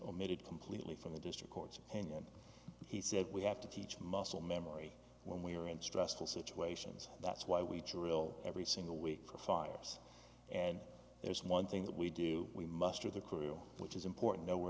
omitted completely from the district court's opinion he said we have to teach muscle memory when we're in stressful situations that's why we drill every single week for fires and there's one thing that we do we muster the crew which is important know where